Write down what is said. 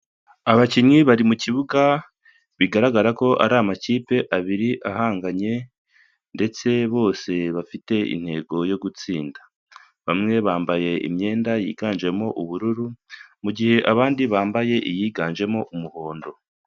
Abakinnyi bari mu kibuga bigaragara ko ari amakipe abiri ahanganye ndetse bose bafite intego yo gutsinda, bamwe bambaye imyenda yiganjemo ubururu mu mugihe abandi bambaye iyiganjemo umuhondo.